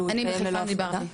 אני בחיפה דיברתי.